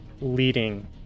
leading